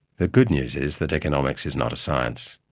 the good news is that economics is not a science.